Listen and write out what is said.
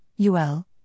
UL